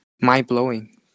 mind-blowing